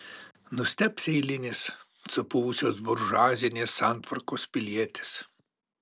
nustebs eilinis supuvusios buržuazinės santvarkos pilietis